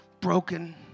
broken